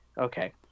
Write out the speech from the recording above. okay